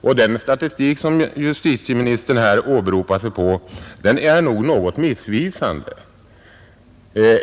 Den statistik som justitieministern här åberopar sig på är nog något missvisande.